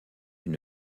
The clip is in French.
une